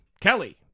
Kelly